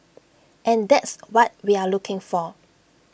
and that's what we're looking for